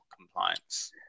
compliance